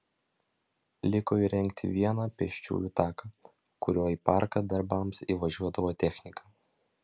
liko įrengti vieną pėsčiųjų taką kuriuo į parką darbams įvažiuodavo technika